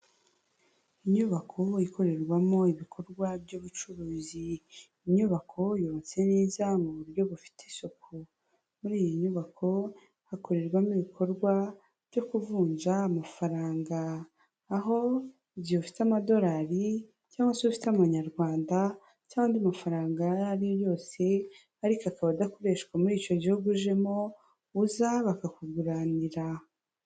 Inyubako ikorerwamo ibikorwa by'ubucuruzi inyubako yubatse neza mu buryo bufite isuku; muri iyi nyubako hakorerwamo ibikorwa byo kuvunja amafaranga; aho igihe ufite amadolari cyangwa se ufite amanyarwanda cyangwa andi mafaranga ayo ariyo yose; ariko akaba adakoreshwa muri icyo gihugu ujemo uza bakakuguranira.